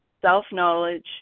self-knowledge